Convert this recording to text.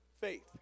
faith